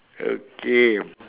okay